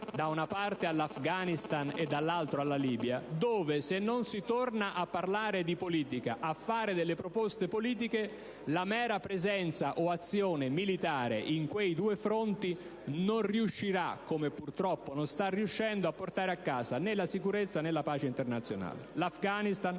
particolare all'Afghanistan e alla Libia, dove, se non si torna a parlare di politica e a fare delle proposte politiche, la mera presenza o azione militare non riuscirà, come purtroppo non sta riuscendo in quei due fronti, a portare a casa né la sicurezza, né la pace internazionale. L'Afghanistan